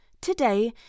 today